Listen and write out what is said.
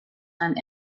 and